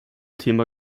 thema